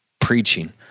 preaching